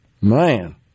Man